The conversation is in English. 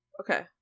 Okay